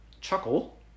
chuckle